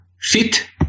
fit